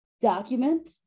document